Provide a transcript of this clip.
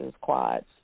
quads